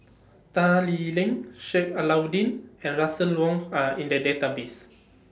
Tan Lee Leng Sheik Alau'ddin and Russel Wong Are in The Database